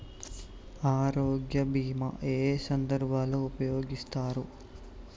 ఆరోగ్య బీమా ఏ ఏ సందర్భంలో ఉపయోగిస్తారు?